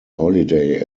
holiday